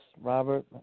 Robert